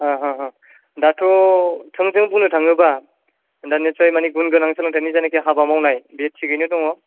दाथ' थोंजों बुंनो थाङोबा दा निस्सय माने गुन गोनां सोलोंथाइनि जेनाखि हाबा मावनाय बे थिगैनो दङ